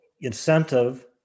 incentive